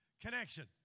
Connection